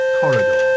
corridor